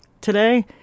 Today